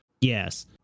Yes